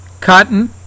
Cotton